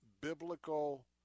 biblical